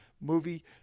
movie